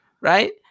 Right